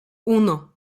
uno